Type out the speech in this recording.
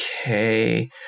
Okay